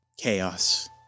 chaos